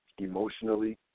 emotionally